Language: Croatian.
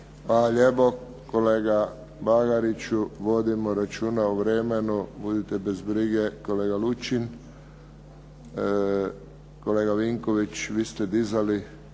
lijepo kolega Bagariću. Vodimo računa o vremenu, budite bez brige, kolega Lučin, kolega Vinković vi ste dizali